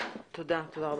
קודם כל